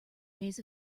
ways